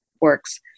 works